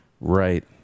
Right